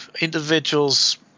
Individuals